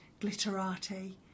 glitterati